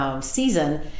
season